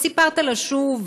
וסיפרת לה שוב,